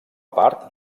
part